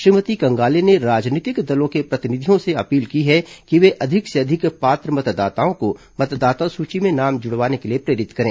श्रीमती कंगाले ने राजनीतिक दलों के प्रतिनिधियों से अपील की है कि वे अधिक से अधिक पात्र मतदाताओं को मतदाता सूची में नाम जुड़वाने के लिए प्रेरित करें